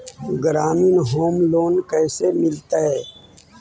ग्रामीण home loan कैसे मिलतै?